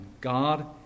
God